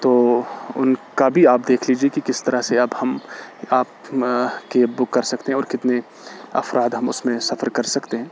تو ان کا بھی آپ دیکھ لیجیے کہ کس طرح سے اب ہم آپ کیب بک کر سکتے ہیں اور کتنے افراد ہم اس میں سفر کر سکتے ہیں